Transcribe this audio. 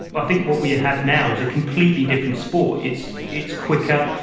i think what we have now is a completely different sport. it's it's quicker,